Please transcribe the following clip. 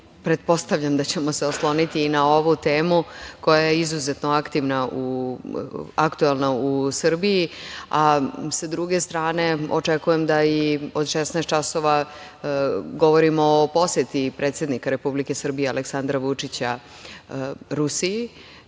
pretpostavljam da ćemo se osloniti i na ovu temu koja je izuzetno aktuelna u Srbiji, a sa druge strane očekujem da i od 16.00 časova govorimo o poseti predsednika Republike Srbije, Aleksandra Vučića Rusiji